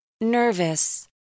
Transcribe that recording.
Nervous